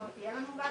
האחריות היא עליך.